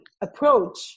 approach